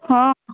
ହଁ